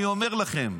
אני אומר לך.